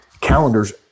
calendars